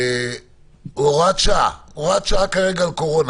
הוראת שעה בתקופת הקורונה,